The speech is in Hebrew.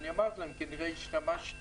אמרתי להם שכנראה השתמשו